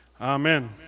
Amen